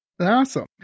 Awesome